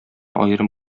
аерым